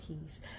peace